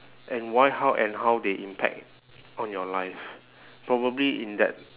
and why how and how they impact on your life probably in that